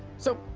so.